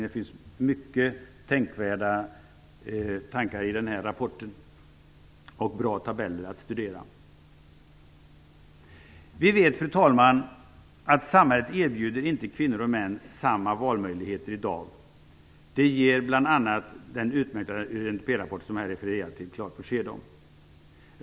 Där finns mycket tänkvärt och bra tabeller att studera. Vi vet, fru talman, att samhället inte erbjuder kvinnor och män samma valmöjligheter i dag. Det ger bl.a. den utmärkta UNDP-rapporten klart besked om.